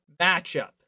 matchup